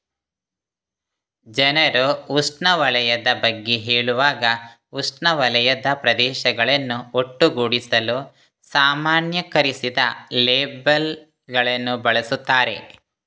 ಜನರು ಉಷ್ಣವಲಯದ ಬಗ್ಗೆ ಹೇಳುವಾಗ ಉಷ್ಣವಲಯದ ಪ್ರದೇಶಗಳನ್ನು ಒಟ್ಟುಗೂಡಿಸಲು ಸಾಮಾನ್ಯೀಕರಿಸಿದ ಲೇಬಲ್ ಗಳನ್ನು ಬಳಸುತ್ತಾರೆ